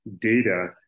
data